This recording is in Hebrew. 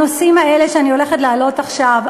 הנושאים האלה שאני הולכת להעלות עכשיו,